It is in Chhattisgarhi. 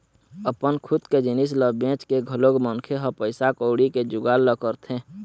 अपन खुद के जिनिस ल बेंच के घलोक मनखे ह पइसा कउड़ी के जुगाड़ ल करथे